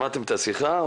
שמעתם את השיחה?